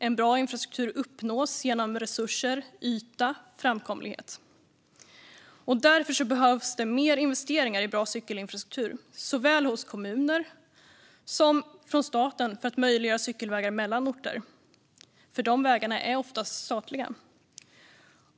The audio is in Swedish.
En bra infrastruktur uppnås genom resurser, yta och framkomlighet. Därför behövs det mer investeringar i bra cykelinfrastruktur såväl i kommuner som från staten för att möjliggöra cykelvägar mellan orter, för dessa vägar är oftast statliga.